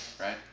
right